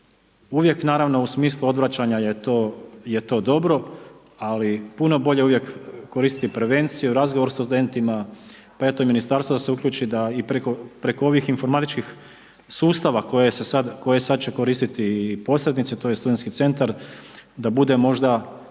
uvijek naravno u smislu odvraćanja je to dobro ali puno bolje je uvijek koristiti prevenciju, razgovor s studentima, pa eto ministarstvo da se uključi da i preko ovih informatičkih sustava, koje će sada koristiti i posrednici, tj. studentski centar, da bude možda